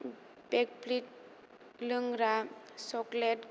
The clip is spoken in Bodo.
वेकफिल्ड लोंग्रा सक्लेट